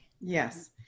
Yes